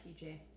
TJ